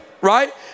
Right